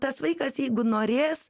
tas vaikas jeigu norės